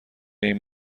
این